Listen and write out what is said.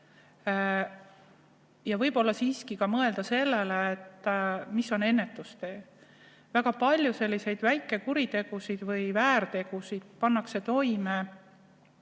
Ja võib-olla siiski mõelda ka sellele, mis on ennetustee. Väga palju selliseid väikekuritegusid või väärtegusid pannakse toime